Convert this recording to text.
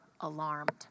alarmed